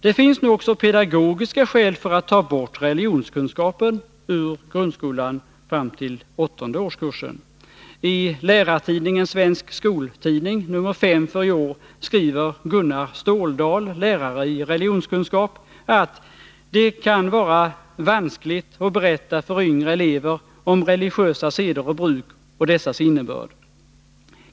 Det finns nu också pedagogiska skäl för att ta bort religionskunskapen ur grundskolan fram till åttonde årskursen. I Lärartidningen/Svensk Skoltidning nr. 5 för i år skriver Gunnar Ståldal, lärare i religionskunskap, att ”det kan vara vanskligt att berätta för yngre elever om religiösa seder och bruk och dessas innebörd.